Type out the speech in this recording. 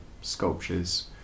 sculptures